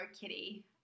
Kitty